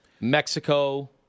Mexico –